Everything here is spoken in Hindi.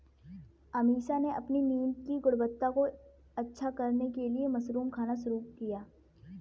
अमीषा ने अपनी नींद की गुणवत्ता को अच्छा करने के लिए मशरूम खाना शुरू किया